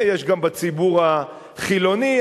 יש גם בציבור החילוני.